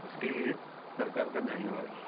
इसके लिए सरकार का धन्यवाद